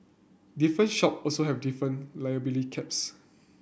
different shop also have different liability caps